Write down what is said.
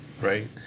Right